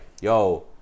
Yo